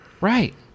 Right